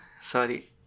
Sorry